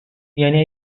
یعنی